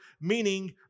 meaning